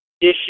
issue